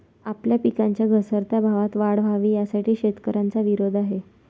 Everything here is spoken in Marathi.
आपल्या पिकांच्या घसरत्या भावात वाढ व्हावी, यासाठी शेतकऱ्यांचा विरोध आहे